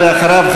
ואחריו,